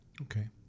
Okay